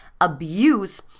abuse